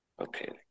Okay